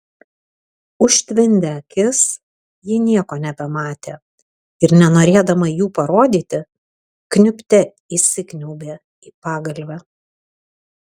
užtvindė akis ji nieko nebematė ir nenorėdama jų parodyti kniubte įsikniaubė į pagalvę